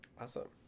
Awesome